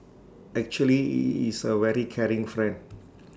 actually he is A very caring friend